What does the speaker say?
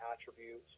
attributes